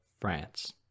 France